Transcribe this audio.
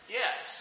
yes